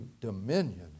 dominion